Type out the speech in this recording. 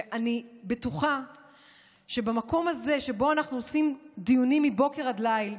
ואני בטוחה שבמקום הזה שבו אנחנו עושים דיונים מבוקר עד ליל,